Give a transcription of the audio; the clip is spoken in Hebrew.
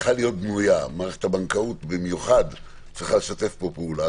ומערכת הבנקאות צריכה לשתף כאן פעולה,